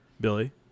Billy